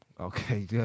Okay